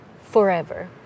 forever